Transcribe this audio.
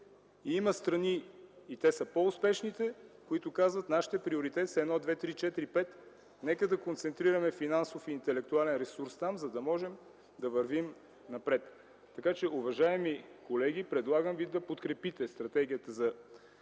Има страни, и те са по-успешните, които казват: нашите приоритети са първо, второ, трето, четвърто, пето, нека да концентрираме финансов и интелектуален ресурс там, за да можем да вървим напред. Така че, уважаеми колеги, предлагам ви да подкрепите Националната